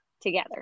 together